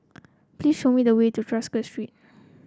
please show me the way to Tosca Street